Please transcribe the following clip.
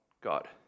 God